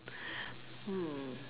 hmm